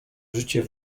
życie